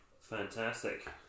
Fantastic